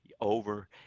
over